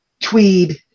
Tweed